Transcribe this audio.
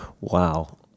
Wow